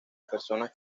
personas